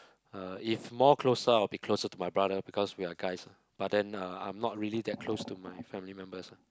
uh if more closer I'll be more closer to my brother because we're guys lah but then uh I'm not really that close to my family members lah